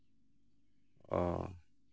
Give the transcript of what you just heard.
ᱚ